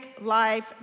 life